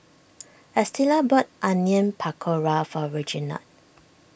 Estela bought Onion Pakora for Reginald